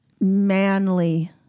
manly